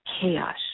chaos